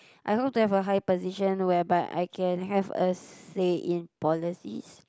I hope to have a higher position whereby I can have a say in policies